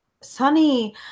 Sunny